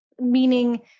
meaning